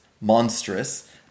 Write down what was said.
monstrous